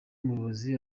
umuyobozi